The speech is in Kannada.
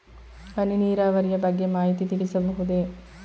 ಹನಿ ನೀರಾವರಿಯ ಬಗ್ಗೆ ಮಾಹಿತಿ ತಿಳಿಸಬಹುದೇ?